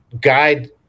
guide